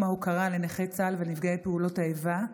ההוקרה לנכי צה"ל ונפגעי פעולות האיבה,